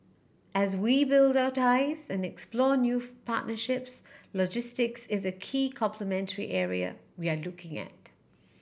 as we build our ties and explore new partnerships logistics is a key complementary area we are looking at